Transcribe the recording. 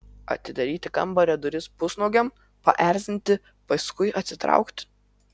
atidaryti kambario duris pusnuogiam paerzinti paskui atsitraukti